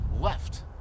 left